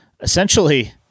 essentially